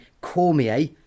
Cormier